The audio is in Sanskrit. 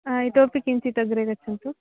हा इतोपि किञ्चित् अग्रे गच्छन्तु